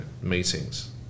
meetings